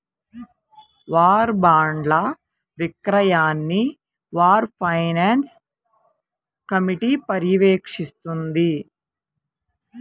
war బాండ్ల విక్రయాన్ని war finance committee పర్యవేక్షిస్తుంది